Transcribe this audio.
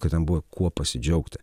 kad ten buvo kuo pasidžiaugti